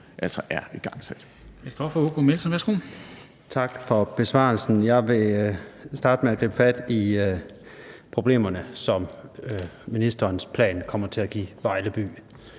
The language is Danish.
altså er igangsat.